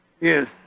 Yes